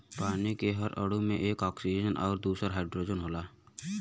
पानी के हर अणु में एक ऑक्सीजन आउर दूसर हाईड्रोजन होला